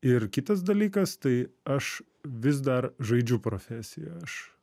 ir kitas dalykas tai aš vis dar žaidžiu profesiją aš